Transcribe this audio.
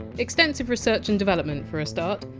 extensive research and development, for a start.